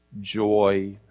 joy